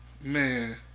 Man